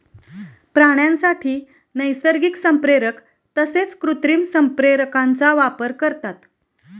प्राण्यांसाठी नैसर्गिक संप्रेरक तसेच कृत्रिम संप्रेरकांचा वापर करतात